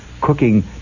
cooking